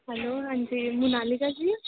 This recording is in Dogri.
हैलो हां जी मुनालिका जी